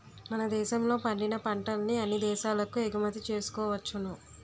మన దేశంలో పండిన పంటల్ని అన్ని దేశాలకు ఎగుమతి చేసుకోవచ్చును